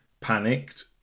panicked